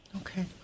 Okay